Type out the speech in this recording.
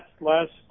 last